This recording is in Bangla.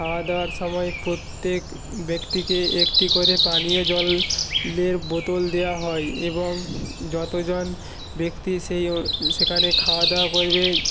খাওয়াদাওয়ার সময় প্রত্যেক ব্যক্তিকে একটি করে পানীয় জল লের বোতল দেওয়া হয় এবং যতজন ব্যক্তি সেই সেখানে খাওয়াদাওয়া করবে